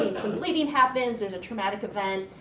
some bleeding happens, there's a traumatic event,